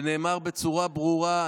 ונאמר בצורה ברורה,